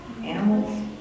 Animals